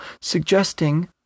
suggesting